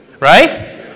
right